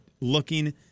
looking